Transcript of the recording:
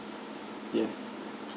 yes